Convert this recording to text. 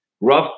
rough